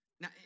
Now